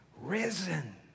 risen